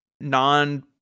non